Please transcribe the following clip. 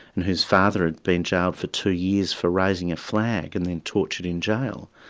and whose father had been jailed for two years for raising a flag, and then tortured in jail.